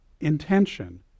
intention